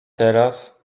teraz